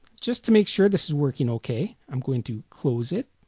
just to make sure this is working okay i'm going to close it